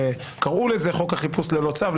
קראו לזה חוק החיפוש ללא צו.